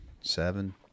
seven